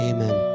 Amen